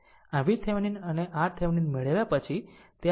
આમ VThevenin અને RThevenin મેળવ્યા પછી તે